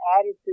attitude